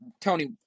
Tony